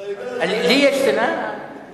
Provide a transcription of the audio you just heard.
אתה יודע לחייך, אבל, לי יש שנאה כלפיכם?